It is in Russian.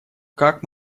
как